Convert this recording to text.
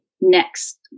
next